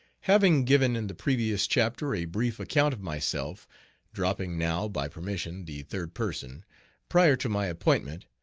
having given in the previous chapter a brief account of myself dropping now, by permission, the third person prior to my appointment,